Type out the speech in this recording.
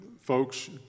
folks